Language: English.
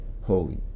holy